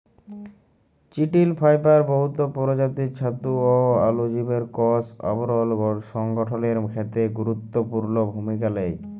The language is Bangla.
চিটিল ফাইবার বহুত পরজাতির ছাতু অ অলুজীবের কষ আবরল সংগঠলের খ্যেত্রে গুরুত্তপুর্ল ভূমিকা লেই